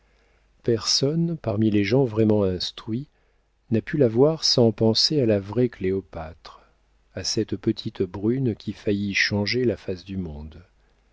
personne parmi les gens vraiment instruits n'a pu la voir sans penser à la vraie cléopâtre à cette petite brune qui faillit changer la face du monde